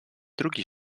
drugi